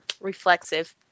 reflexive